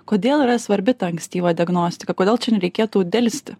kodėl yra svarbi ta ankstyva diagnostika kodėl čia nereikėtų delsti